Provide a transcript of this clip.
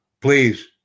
Please